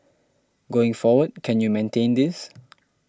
going forward can you maintain this